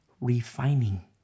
refining